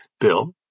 bill